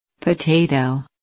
Potato